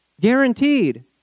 Guaranteed